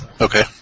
Okay